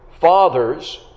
fathers